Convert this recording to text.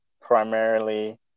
primarily